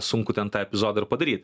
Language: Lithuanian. sunku ten tą epizodą ir padaryt